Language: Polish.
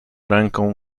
rękę